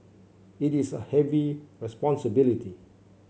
it is a heavy responsibility